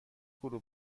کلوب